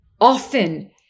often